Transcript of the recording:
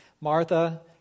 Martha